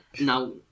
Now